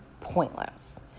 pointless